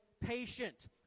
patient